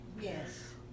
Yes